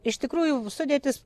iš tikrųjų sudėtis